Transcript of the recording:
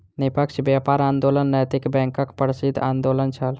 निष्पक्ष व्यापार आंदोलन नैतिक बैंकक प्रसिद्ध आंदोलन छल